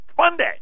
Monday